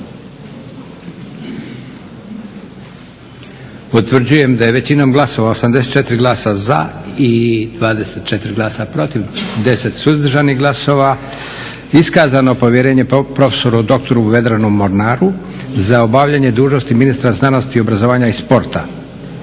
Utvrđujem da je većinom glasova 84 glasa za i 24 glasa protiv, 10 suzdržanih glasova iskazano povjerenje profesoru doktoru Vedranu Mornaru za obavljanje dužnosti ministra znanosti, obrazovanja i sporta.